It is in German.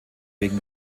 wegen